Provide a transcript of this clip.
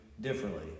differently